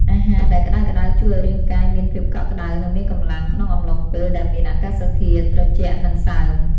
អាហារដែលក្ដៅៗជួយឱ្យរាងកាយមានភាពកក់ក្តៅ និងមានកម្លាំងក្នុងអំឡុងពេលដែលមានអាកាសធាតុត្រជាក់និងសើម។